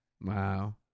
Wow